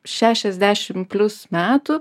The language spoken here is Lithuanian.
šešiasdešim plius metų